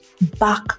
back